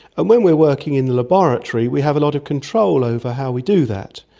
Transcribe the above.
and when we are working in a laboratory we have a lot of control over how we do that.